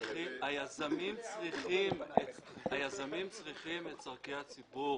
היזמים צריכים את צורכי הציבור